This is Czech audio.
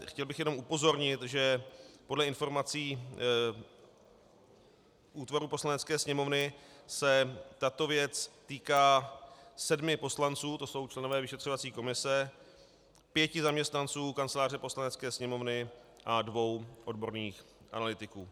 Chtěl bych jenom upozornit, že podle informací útvaru Poslanecké sněmovny se tato věc týká sedmi poslanců, to jsou členové vyšetřovací komise, pěti zaměstnanců Kanceláře Poslanecké sněmovny a dvou odborných analytiků.